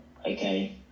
Okay